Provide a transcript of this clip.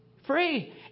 Free